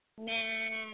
Man